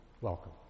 Welcome